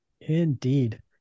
indeed